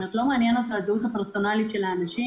ולא מעניינת אותו הזהות הפרסונלית של האנשים.